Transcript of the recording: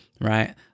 Right